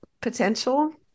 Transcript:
potential